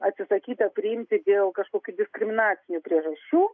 atsisakyta priimti dėl kažkokių diskriminacinių priežasčių